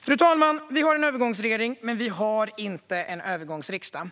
Fru talman! Vi har en övergångsregering, men vi har inte en övergångsriksdag.